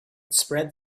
spread